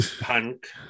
Punk